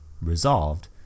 resolved